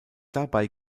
dabei